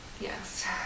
yes